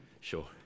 sure